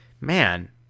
man